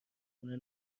خونه